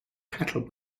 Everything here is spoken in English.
cattle